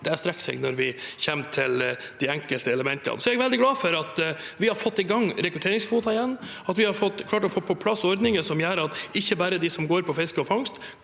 det strekker seg når vi kommer til de enkelte elementene. Jeg er veldig glad for at vi er i gang igjen med rekrutteringskvoter, at vi har klart å få på plass ordninger som gjør at ikke bare de som går på fiske og fangst,